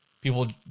people